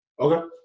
Okay